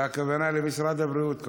והכוונה למשרד הבריאות,